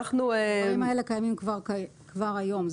הדברים האלה קיימים כבר היום,